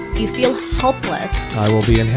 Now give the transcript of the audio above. you feel hopeless. yeah